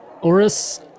Oris